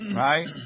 right